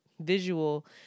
visual